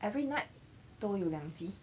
every night 都有两级